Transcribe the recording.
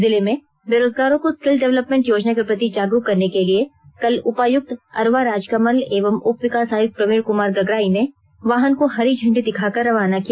जिले में बेरोजगारों को स्किल डेवलपमेंट योजना के प्रति जागरूक करने के लिए कल उपायुक्त अरवा राजकमल एवं उपविकास आयुक्त प्रवीण कुमार गगराई ने वाहन को हरी झंडी दिखाकर रवाना किया